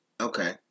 Okay